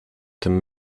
tym